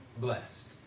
blessed